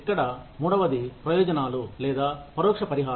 ఇక్కడ మూడవది ప్రయోజనాలు లేదా పరోక్ష పరిహారం